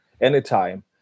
anytime